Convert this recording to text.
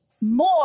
more